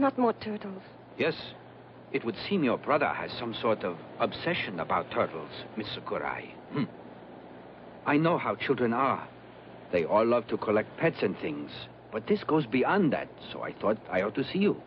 what to do yes it would seem your brother has some sort of obsession about titles which of course i know how children are they all love to collect pets and things but this goes beyond that so i thought i ought to see you